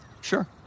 Sure